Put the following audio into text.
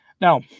Now